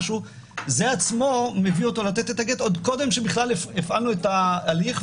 זה עצמו מביא אותו לתת את הגט עוד קודם שבכלל הפעלנו את ההליך,